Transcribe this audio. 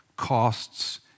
costs